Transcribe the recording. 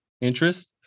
interest